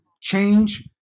change